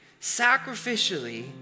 sacrificially